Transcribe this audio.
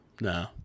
No